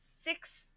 six